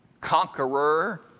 conqueror